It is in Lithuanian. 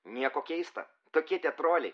nieko keista tokie tie broliai